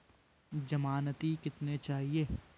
ज़मानती कितने चाहिये?